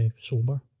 sober